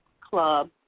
Club